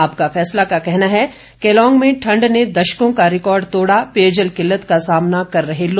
आपका फैसला का कहना है केलांग में ठंड ने दशकों का रिकॉर्ड तोड़ा पेयजल किल्लत का सामना कर रहे लोग